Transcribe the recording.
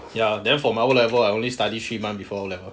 ya then for my O level I only study three months before O level